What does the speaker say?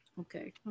Okay